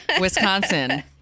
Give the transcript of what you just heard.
Wisconsin